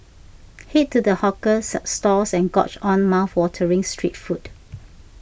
head to the hawker stalls and gorge on mouthwatering street food